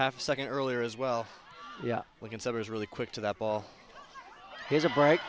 half a second earlier as well yeah we can severs really quick to that ball he's a bright